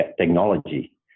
technology